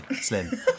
slim